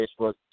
Facebook